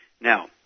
Now